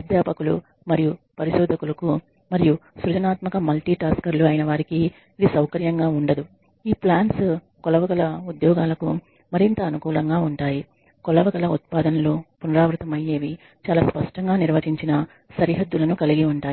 అధ్యాపకులు మరియు పరిశోధకులు కు మరియు సృజనాత్మక మల్టీ టాస్కర్లు అయిన వారికి ఇది సౌకర్యంగా ఉండదు ఈ ప్లాన్స్ కొలవగల ఉద్యోగాలకు మరింత అనుకూలంగా ఉంటాయి కొలవగల ఉత్పాదనలు పునరావృతమయ్యేవి చాలా స్పష్టంగా నిర్వచించిన సరిహద్దులను కలిగి ఉంటాయి